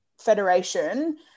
federation –